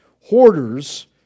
Hoarders